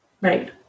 right